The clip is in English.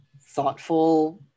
Thoughtful